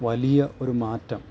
വലിയ ഒരു മാറ്റം